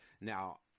Now